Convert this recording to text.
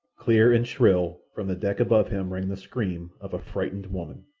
clear and shrill from the deck above him rang the scream of a frightened woman.